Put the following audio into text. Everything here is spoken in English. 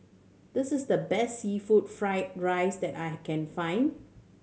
this is the best seafood fried rice that I can find